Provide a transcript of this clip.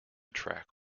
track